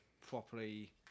properly